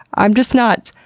i'm just not.